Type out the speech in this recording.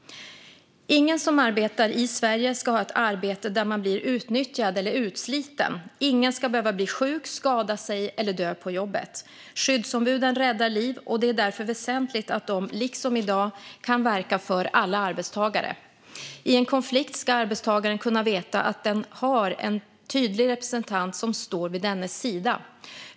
Ingen som arbetar i Sverige ska ha ett arbete där man blir utnyttjad eller utsliten. Ingen ska behöva bli sjuk, skada sig eller dö av jobbet. Skyddsombuden räddar liv, och det är därför väsentligt att de liksom i dag kan verka för alla arbetstagare. I en konflikt ska arbetstagaren kunna veta att den har en tydlig representant som står vid dennes sida.